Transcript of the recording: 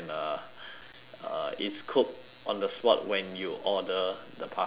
uh it's cooked on the spot when you order the pasta